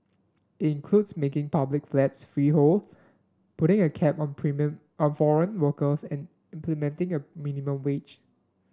includes making public flats freehold putting a cap on on foreign workers and implementing a minimum wage